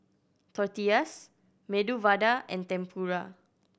Tortillas Medu Vada and Tempura